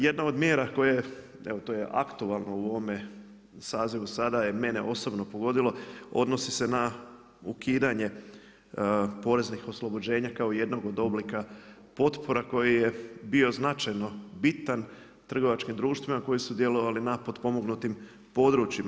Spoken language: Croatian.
Jedna od mjera koje, evo to je aktualno u ovome sazivu sada mene je osobno pogodilo, odnosi se na ukidanje poreznih oslobođenja kao jednog od oblika potpora koji je bio značajno bitan trgovačkim društvima koji su djelovali na potpomognuti područjima.